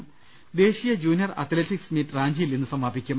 ് ദേശീയ junior athletics meet റാഞ്ചിയിൽ ഇന്ന് സമാപിക്കും